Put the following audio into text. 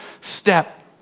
step